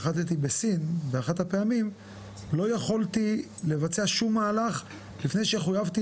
נחתי בסין באחת הפעמים לא יכולתי לבצע שום מהלך לפני שחויבתי